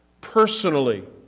personally